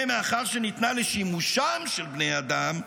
מאחר שניתנה לשימושם של בני אדם,